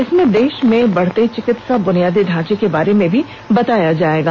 इसमें देश में बढ़ते चिकित्सा बुनियादी ढांर्चे के बारे में भी बताया जाएगा